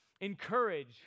encourage